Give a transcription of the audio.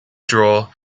draw